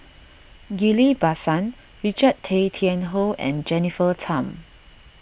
Ghillie Basan Richard Tay Tian Hoe and Jennifer Tham